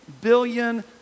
billion